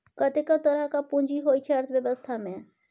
कतेको तरहक पुंजी होइ छै अर्थबेबस्था मे